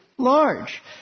large